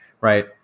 right